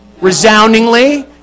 resoundingly